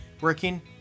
working